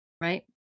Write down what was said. Right